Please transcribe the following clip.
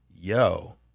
yo